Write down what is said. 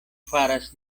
faras